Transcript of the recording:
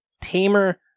tamer